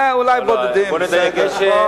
אולי בודדים, בסדר.